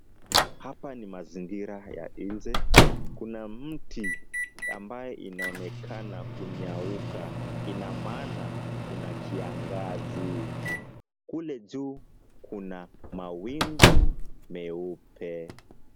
Hapa ni mazingira ya nje, kuna mti ambaye inaonekana kunyauka, ina maana kuna kiangazi, kule juu kuna mawingu meupe.